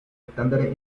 estándares